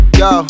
yo